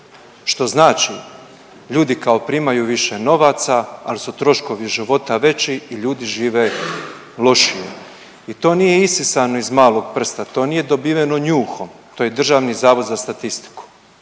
što znači ljudi kao primaju više novaca al su troškovi života veći i ljudi žive lošije i to nije isisano iz malog prsta, to nije dobiveno njuhom, to je Državni zavod za statistiku.